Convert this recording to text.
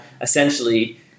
essentially